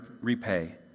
repay